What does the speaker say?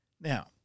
Now